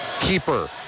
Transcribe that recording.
Keeper